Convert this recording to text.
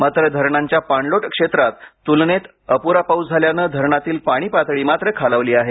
मात्र धरणांच्या पाणलोट क्षेत्रात तुलनेत अपुरा पाऊस झाल्यानं धरणातील पाणी पातळी मात्र खालावली आहे